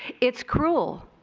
it's cruel.